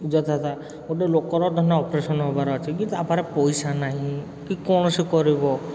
ଯଥାତା ଲୋକର ଧର ଅପରେସନ୍ ହେବାର ଅଛି କି ତା' ପାଖରେ ପଇସା ନାହିଁ କି ସେ କ'ଣ କରିବ